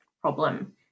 problem